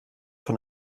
von